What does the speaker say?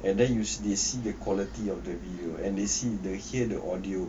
and then use this the quality of the view and they see the hear the audio